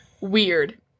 Weird